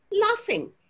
laughing